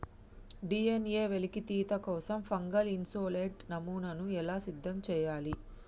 DNA వెలికితీత కోసం fungal isolate నమూనాను ఎలా సిద్ధం చెయ్యాలి?